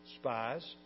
spies